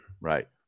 Right